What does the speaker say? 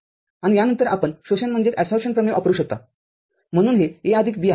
आणि यानंतर आपण शोषण प्रमेय वापरू शकता म्हणून हे A आदिक B आहे